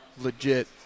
legit